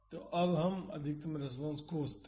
तो अब हम अधिकतम रेस्पॉन्स खोजते हैं